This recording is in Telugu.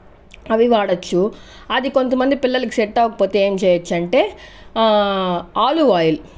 అవి వాడొచ్చు అది కొంతమంది పిల్లలకి సెట్ అవ్వకపోతే ఏం చేయొచ్చు అంటే ఆలివ్ ఆయిల్